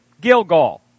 Gilgal